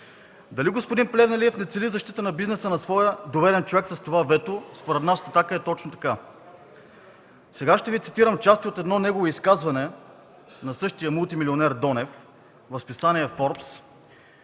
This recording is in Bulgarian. Дали господин Плевнелиев не цели защита на бизнеса на своя доверен човек с това вето? Според нас от „Атака” е точно така. Сега ще Ви цитирам части от негово изказване, на същия мултимилионер Донев, в списание